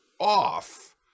off